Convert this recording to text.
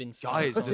Guys